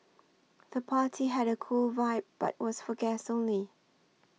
the party had a cool vibe but was for guests only